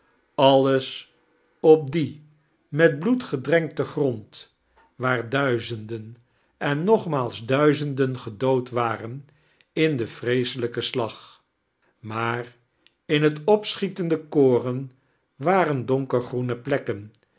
alias op dien met bloed gedrankten grond waar duizenden en nogmaals duizenden gedood waxen in den vreeselijken slag maar in het opachietende koren waren donkergroene plekken